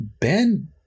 Ben